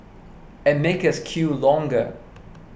and make us queue longer